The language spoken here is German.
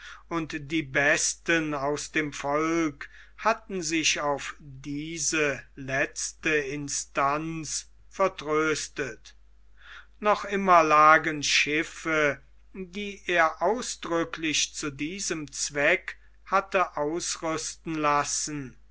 und die besten aus dem volke hatten sich auf diese letzte instanz vertröstet noch immer lagen schiffe die er ausdrücklich zu diesem zweck hatte ausrüsten lassen